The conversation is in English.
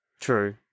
True